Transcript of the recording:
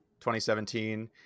2017